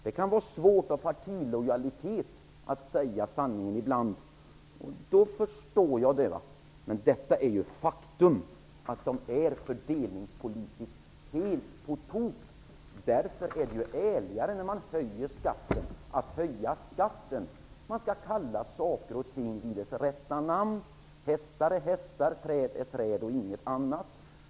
Det kan ibland vara svårt att säga sanningen på grund av av partilojalitet; Då förstår jag det. Men faktum är att det är helt på tok med dessa egenavgifter fördelningspolitiskt sett. När man höjer skatten är det ärligare att kalla det för att man höjer skatten. Kalla saker och ting vid deras rätta namn. Hästar är hästar, och träd är träd, ingenting annat.